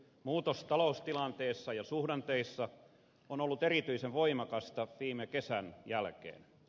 muutos taloustilanteessa ja suhdanteissa on ollut erityisen voimakasta viime kesän jälkeen